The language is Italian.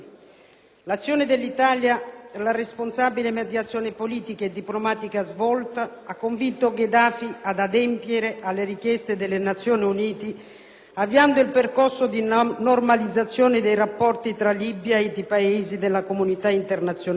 L'azione dell'Italia e la responsabile mediazione politica e diplomatica svolta hanno convinto Gheddafi ad adempiere alle richieste delle Nazioni Unite, avviando il percorso di normalizzazione dei rapporti tra la Libia ed i Paesi della comunità internazionale